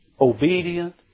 Obedient